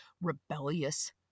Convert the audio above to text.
rebellious